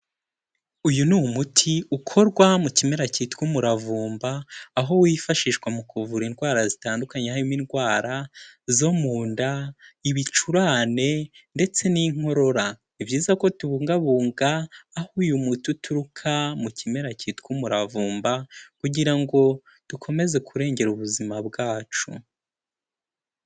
Uyu ni umuti ukorwa mu kimera cyitwa umuravumba, aho wifashishwa mu kuvura indwara zitandukanye, hari indwara zo mu nda, ibicurane, ndetse n'inkorora, ni byiza ko tubungabunga aho uyu muti uturuka mu kimera cyitwa umuravumba, kugira ngo dukomeze kurengera ubuzima bwacu.